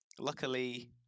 Luckily